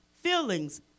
feelings